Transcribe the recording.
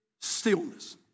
stillness